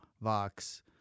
Vox